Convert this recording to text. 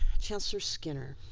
chancellor skinner.